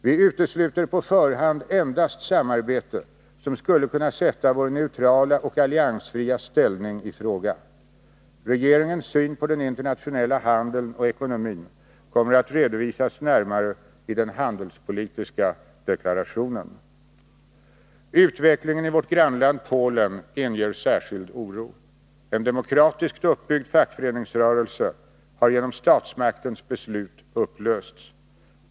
Vi utesluter på förhand endast samarbete som skulle kunna sätta vår neutrala och alliansfria ställning i fråga. Regeringens syn på den internationella handeln och ekonomin kommer att redovisas närmare i den handelspolitiska deklarationen. Utvecklingen i vårt grannland Polen inger särskild oro. En demokratiskt uppbyggd fackföreningsrörelse har genom statsmakternas beslut upplösts.